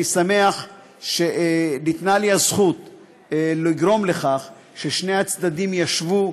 אני שמח שניתנה לי הזכות לגרום לכך ששני הצדדים ישבו,